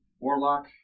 Warlock